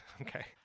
Okay